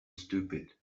stupid